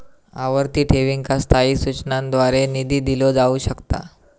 आवर्ती ठेवींका स्थायी सूचनांद्वारे निधी दिलो जाऊ शकता